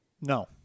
No